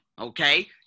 okay